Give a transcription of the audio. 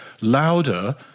louder